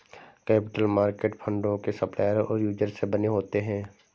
capital market फंडों के supplier और यूजर से बने होते हैं